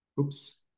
Oops